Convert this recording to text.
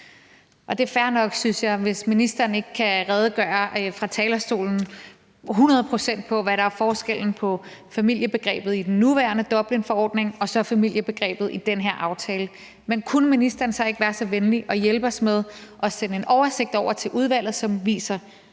Det er fair nok, synes jeg, hvis minister ikke kan redegøre fra talerstolen hundrede procent for, hvad der er forskellen på familiebegrebet i den nuværende Dublinforordning og familiebegrebet i den her aftale, men kunne ministeren så ikke være så venlig at hjælpe os med at sende en oversigt over til udvalget, som viser